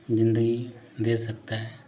ज़िंदगी दे सकता है